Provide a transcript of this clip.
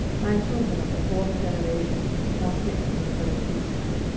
thy children of the fourth generation shall sit on the throne of israel.